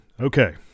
Okay